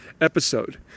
episode